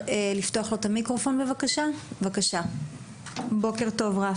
בוקר טוב, רפי.